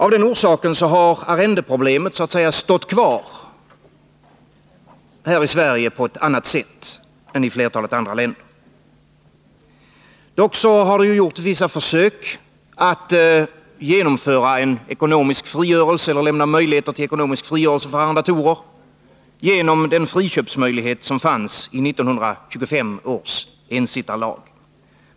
Av den orsaken har arrendeproblemet här i Sverige så att säga stått kvar, på ett annat sätt än i flertalet andra länder. Dock har det gjorts vissa försök att lämna möjlighet till en ekonomisk frigörelse för arrendatorer genom den friköpsmöjlighet som fanns i 1925 års ensittarlag.